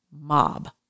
mob